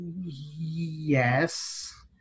Yes